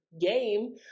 game